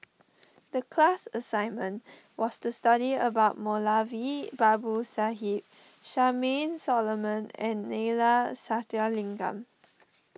the class assignment was to study about Moulavi Babu Sahib Charmaine Solomon and Neila Sathyalingam